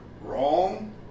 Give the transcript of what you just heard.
wrong